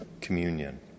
communion